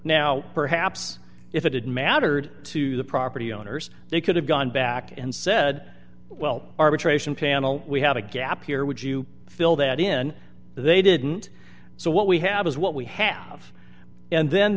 now perhaps if it had mattered to the property owners they could have gone back and said well arbitration panel we have a gap here would you fill that in they didn't so what we have is what we have and then